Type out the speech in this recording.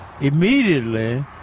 immediately